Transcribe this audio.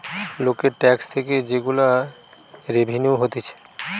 লোকের ট্যাক্স থেকে যে গুলা রেভিনিউ হতিছে